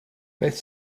beth